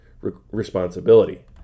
Responsibility